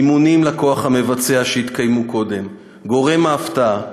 אימונים לכוח המבצע שהתקיימו קודם, גורם ההפתעה.